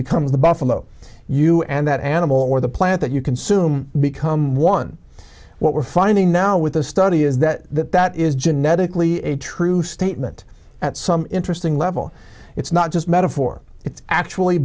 becomes the buffalo you and that animal or the plant that you consume become one what we're finding now with this study is that that that is genetically a true statement at some interesting level it's not just metaphor it's actually